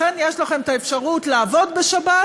לכן יש לכם את האפשרות לעבוד בשבת,